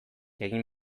egin